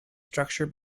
structure